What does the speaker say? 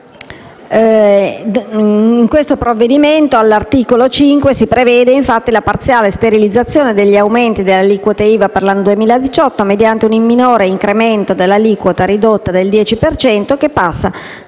Nel provvedimento, all'articolo 5, si prevede la parziale sterilizzazione degli aumenti delle aliquote IVA per l'anno 2018 mediante un minore incremento dell'aliquota, ridotta del 10 per